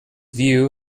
view